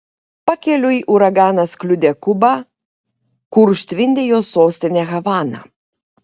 pakeliui uraganas kliudė kubą kur užtvindė jos sostinę havaną